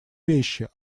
вещи